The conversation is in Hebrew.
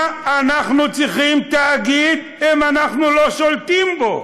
מה אנחנו צריכים תאגיד אם אנחנו לא שולטים בו?